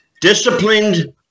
disciplined